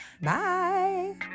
Bye